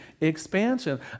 expansion